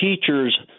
teachers